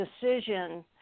decision